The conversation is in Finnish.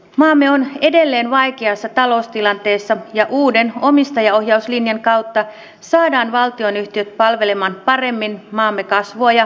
maamme on edelleen vaikeassa taloustilanteessa ja uuden omistajaohjauslinjan kautta saadaan valtionyhtiöt palvelemaan paremmin maamme kasvua ja työllisyyttä